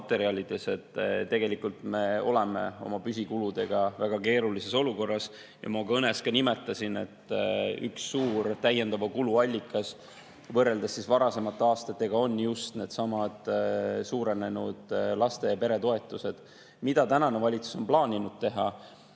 et tegelikult me oleme oma püsikuludega väga keerulises olukorras. Ma oma kõnes ka nimetasin, et üks suur täiendava kulu allikas võrreldes varasemate aastatega on just needsamad suurenenud laste‑ ja peretoetused. Mida tänane valitsus on plaaninud teha?